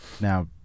now